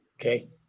okay